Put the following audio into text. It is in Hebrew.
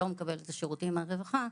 שלא מקבלת את השירותים מהרווחה,